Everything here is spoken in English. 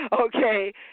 Okay